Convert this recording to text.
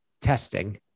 testing